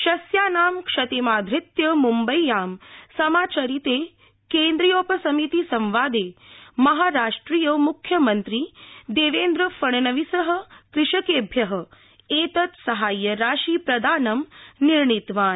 शस्यानां क्षतिमाधृत्य मुम्बव्यां समाचरिते केन्द्रीयोपसमिति संबादे महाराष्ट्रीयो मुख्यमन्त्री देवेन्द्र फडणवीस कृषकेभ्य एतत् साहाव्य राशि प्रदानं निर्णीतवान्